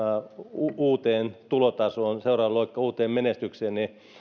uuteen tulotasoon seuraava loikka uuteen menestykseen niin